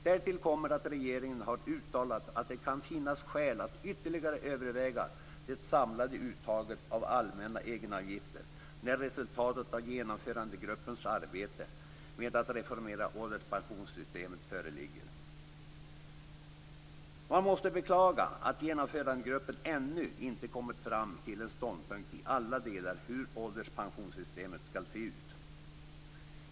Därtill kommer att regeringen har uttalat att det kan finnas skäl att ytterligare överväga det samlade uttaget av allmänna egenavgifter när resultatet av Genomförandegruppens arbete med att reformera ålderspensionssystemet föreligger. Man måste beklaga att Genomförandegruppen ännu inte kommit fram till en ståndpunkt i alla delar om hur ålderspensionssystemet skall se ut.